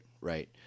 right